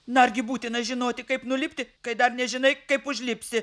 na argi būtina žinoti kaip nulipti kai dar nežinai kaip užlipsi